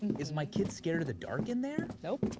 is my kid scared of the dark in there? nope.